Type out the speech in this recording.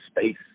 space